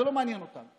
זה לא מעניין אותנו.